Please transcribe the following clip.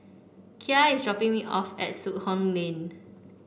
Kya is dropping me off at Soon Hock Lane